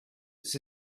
it’s